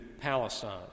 Palestine